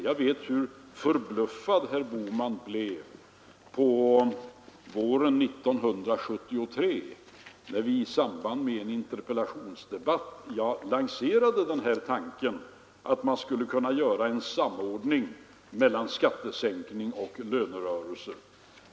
Jag vet hur förbluffad herr Bohman blev på våren 1973 när jag i samband med en interpellationsdebatt lanserade tanken på en samordning mellan skattesänkning och lönerörelse.